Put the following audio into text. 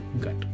gut